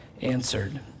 answered